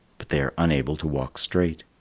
but they are unable to walk straight.